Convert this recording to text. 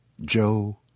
Joe